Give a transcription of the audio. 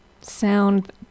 sound